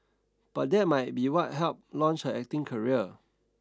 but that might be what helped launch her acting career